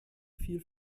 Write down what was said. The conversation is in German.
viel